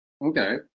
Okay